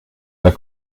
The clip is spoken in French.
pas